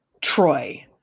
troy